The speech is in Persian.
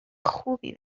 خوبی